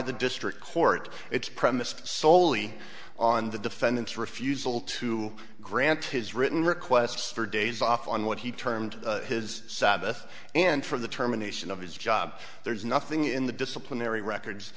the district court it's premised soley on the defendant's refusal to grant his written requests for days off on what he termed his sabbath and for the terminations of his job there's nothing in the disciplinary records